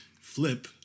Flip